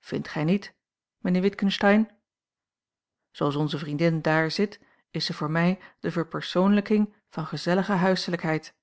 vindt gij niet mijnheer witgensteyn zooals onze vriendin dààr zit is zij voor mij de verpersoonlijking van gezellige huislijkheid